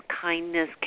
kindness